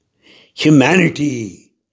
humanity